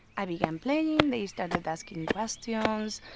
i began playing. they started asking questions.